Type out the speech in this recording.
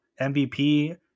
MVP